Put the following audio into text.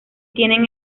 tienen